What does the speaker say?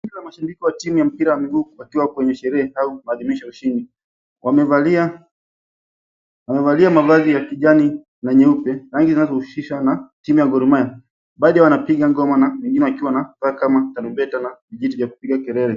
...mashindiko wa timu ya mpira wa miguu wakiwa kwenye sherehe au maadhimisho ya ushindi. Wamevalia mavazi ya kijani na nyeupe, rangi zinazohusishwa na timu ya Goromaya. Baadhi wanapiga ngoma na wengine wakiwa na kama tanubeta na vijiti vya kupiga kelele.